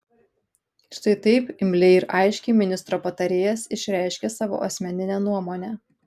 štai taip imliai ir aiškiai ministro patarėjas išreiškia savo asmeninę nuomonę